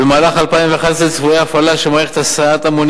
במהלך 2011 צפויה הפעלה של מערכת הסעת המונים